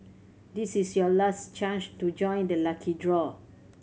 this is your last chance to join the lucky draw